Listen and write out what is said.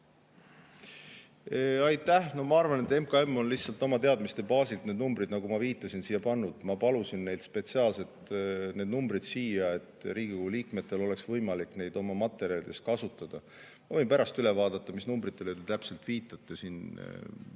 Aitäh! No ma arvan, et MKM on lihtsalt oma teadmiste baasil need numbrid, nagu ma viitasin, siia pannud. Ma palusin neil spetsiaalselt need numbrid siia panna, et Riigikogu liikmetel oleks võimalik neid oma materjalides kasutada. Ma võin pärast üle vaadata, mis numbritele te täpselt viitate.